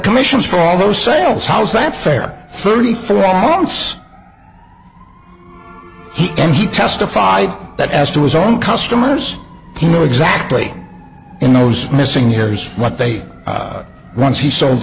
commissions for all those sales how is that fair thirty three months and he testified that as to his own customers he knew exactly in those missing years what they once he sold